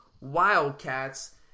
Wildcats